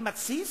אני מתסיס?